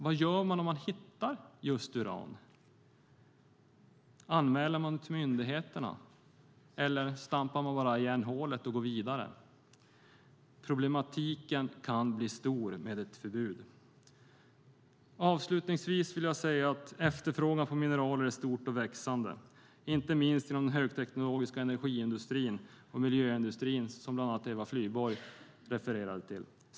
Vad gör man om man hittar just uran - anmäler man det till myndigheterna eller stampar man bara igen hålet och går vidare? Problematiken med ett förbud kan bli stor. Avslutningsvis vill jag säga att efterfrågan på mineraler är stor och växande, inte minst inom den högteknologiska energiindustrin och miljöindustrin som bland andra Eva Flyborg refererade till.